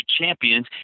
champions